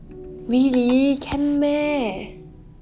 really really can meh